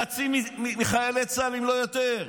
חצי מחיילי צה"ל, אם לא יותר.